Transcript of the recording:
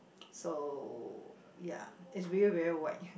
so ya is really very wide